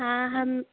हाँ हम